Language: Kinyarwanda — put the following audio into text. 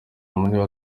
niba